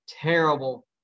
terrible